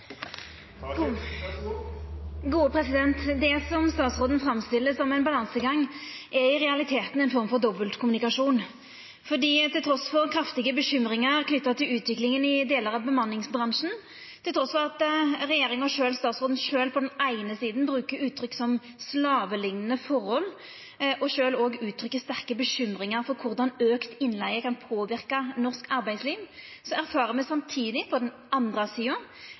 dobbeltkommunikasjon. For trass i kraftige bekymringar knytte til utviklinga i delar av bemanningsbransjen, trass i at regjeringa sjølv, statsråden sjølv, på den eine sida brukar uttrykk som «slavelignende forhold» og sjølv òg uttrykkjer sterke bekymringar for korleis auka innleige kan påverka norsk arbeidsliv, erfarer me på den andre sida